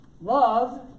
Love